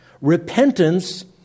Repentance